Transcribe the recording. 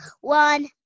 one